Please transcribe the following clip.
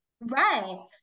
right